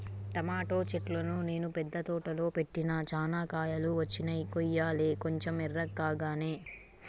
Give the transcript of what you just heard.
tomato చెట్లును నేను మిద్ద తోటలో పెట్టిన చానా కాయలు వచ్చినై కొయ్యలే కొంచెం ఎర్రకాగానే